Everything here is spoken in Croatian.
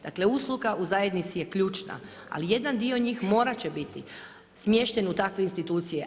Dakle, usluga u zajednici je ključna, ali jedan dio morat će biti smješten u takve institucije.